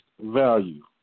value